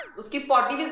will get